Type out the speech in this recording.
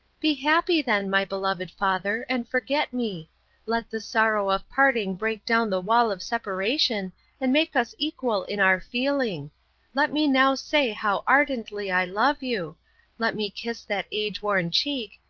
be happy then, my beloved father, and forget me let the sorrow of parting break down the wall of separation and make us equal in our feeling let me now say how ardently i love you let me kiss that age-worn cheek,